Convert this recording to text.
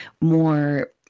more